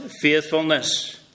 faithfulness